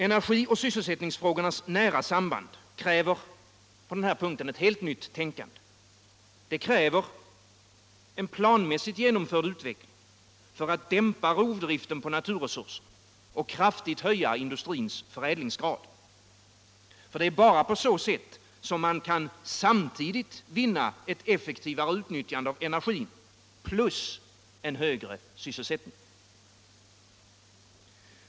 Energioch sysselsättningsfrågornas nära samband kräver på den här punkten ett helt nytt tänkande. Det kräver en planmässigt genomförd utveckling för att dämpa rovdriften på naturresurser och kraftigt höja industrins förädlingsgrad, för det är bara på så sätt som man kan samtidigt vinna ett effektivare utnyttjande av energin plus en högre sysselsättning.